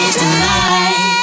tonight